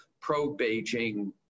pro-Beijing